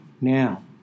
Now